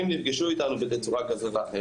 נפגשו איתנו בצורה כזאת או אחרת,